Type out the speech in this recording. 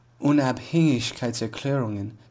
Unabhängigkeitserklärungen